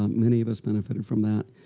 um many of us benefited from that.